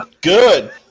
good